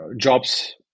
jobs